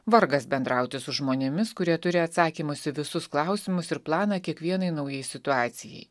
vargas bendrauti su žmonėmis kurie turi atsakymus į visus klausimus ir planą kiekvienai naujai situacijai